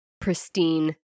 pristine